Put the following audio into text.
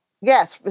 Yes